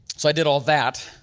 so i did all that,